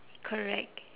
correct